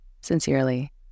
Sincerely